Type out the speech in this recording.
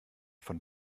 von